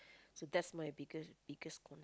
so that's my biggest biggest one